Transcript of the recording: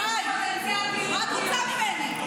די, מה את רוצה ממני?